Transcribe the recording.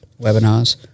webinars